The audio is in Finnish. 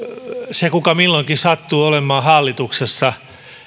se kuka milloinkin sattuu olemaan hallituksessa